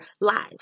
lives